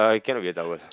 uh it cannot be a towel